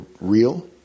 real